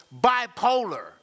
bipolar